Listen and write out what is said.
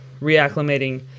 reacclimating